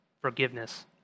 forgiveness